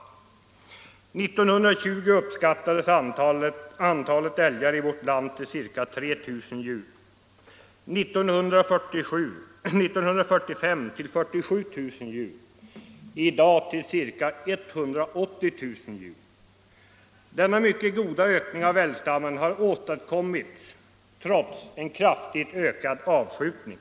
År 1920 uppskattades antalet älgar i vårt land till ca 3 000 djur, 1945 till 47 000 djur och i dag uppskattas det till ca 180 000 djur. Denna mycket goda ökning av älgstammen har åstadkommits trots en kraftigt ökad avskjutning.